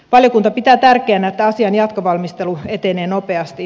valiokunta pitää tärkeänä että asian jatkovalmistelu etenee nopeasti